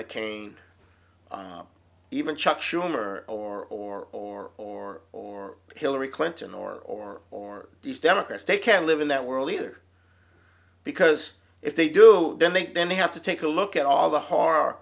mccain even chuck schumer or or or or or hillary clinton or or these democrats they can live in that world leader because if they do then they then they have to take a look at all the horror